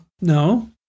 No